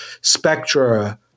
Spectra